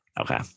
Okay